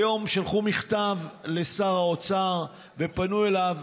היום שלחו מכתב לשר האוצר ופנו אליו,